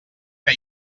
que